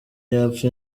yapfa